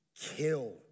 kill